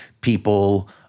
People